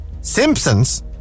Simpsons